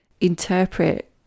interpret